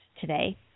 today